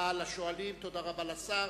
תודה רבה לשואלים, תודה רבה לשר.